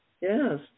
Yes